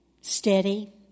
steady